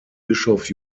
bischof